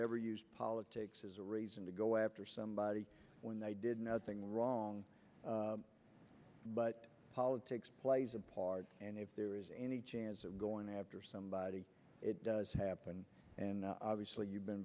ever use politics as a reason to go after somebody when they did nothing wrong but politics plays a part and if there is any chance of going after somebody it does happen and obviously you've been